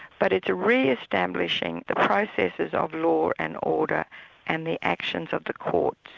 but it's a re-establishing the processes of law and order and the actions of the courts.